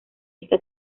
esta